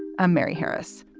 i'm mary harris.